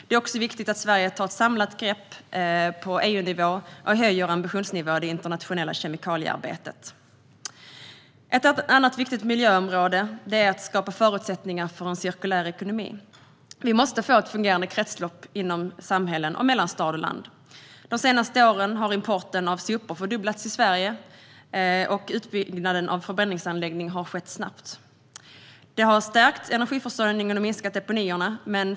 Det är också viktigt att Sverige tar ett samlat grepp på EU-nivå och höjer ambitionsnivån i det internationella kemikaliearbetet. Ett annat viktigt miljöområde är att skapa förutsättningar för en cirkulär ekonomi. Vi måste få ett fungerande kretslopp inom samhällen och mellan stad och land. Under de senaste åren har importen av sopor fördubblats i Sverige, och utbyggnaden av förbränningsanläggningar har skett snabbt. Det har stärkt energiförsörjningen och minskat deponierna.